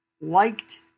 liked